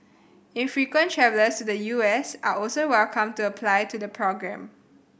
infrequent travellers to the U S are also welcome to apply to the programme